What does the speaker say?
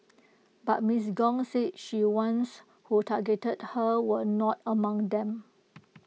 but miss Gong said she ones who targeted her were not among them